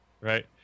right